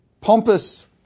pompous